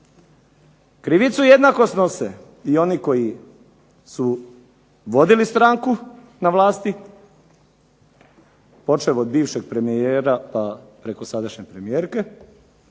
Krivicu jednako snose i oni koji su vodili stranku na vlasti počev od bivšeg premijera pa preko sadašnje premijerke,